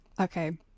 Okay